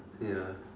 ya